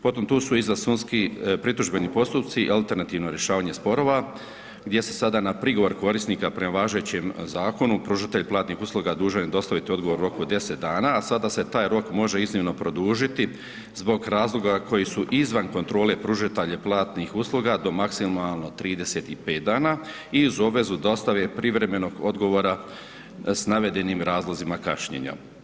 Potom tu su izvansudski pritužbeni postupci i alternativno rješavanje sporova gdje se sada na prigovor korisnika prema važećem zakonu pružatelj platnih usluga dužan je dostaviti odgovor u roku od 10 dana, a sada se taj rok može iznimno produžiti zbog razloga koji su izvan kontrole pružatelja platnih usluga do maksimalno 35 dana i uz obvezu dostave privremenog odgovora s navedenim razlozima kašnjenja.